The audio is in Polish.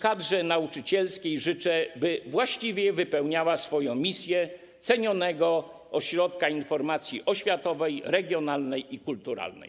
kadrze nauczycielskiej życzę, by właściwie wypełniała swoją misję cenionego ośrodka informacji oświatowej, regionalnej i kulturalnej.